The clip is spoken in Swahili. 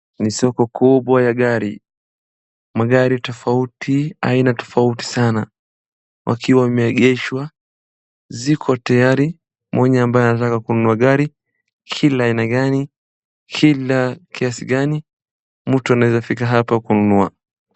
Ni soko kubwa ya gari. Magari tofauti aina tofauti sana wakiwa wameegeshwa. Ziko tayari, mwenye ambaye anataka kununua gari kila aina gani, kila kiasi gani mtu ananeza fika hapa kununua.